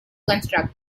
construct